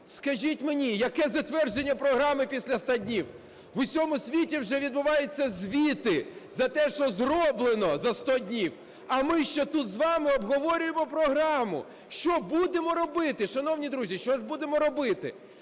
Скажіть мені, яке затвердження програми після100 днів? У всьому світі вже відбуваються звіти за те, що зроблено за 100 днів. А ми ще тут з вами обговорюємо програму, що будемо робити. Шановні друзі, що ж будемо робити?